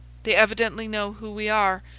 they evidently know who we are,